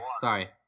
sorry